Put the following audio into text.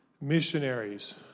missionaries